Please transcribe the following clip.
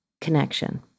connection